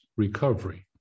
Recovery